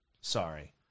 Sorry